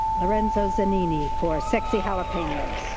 lorenzo zanini for sexy jalapenos.